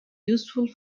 useful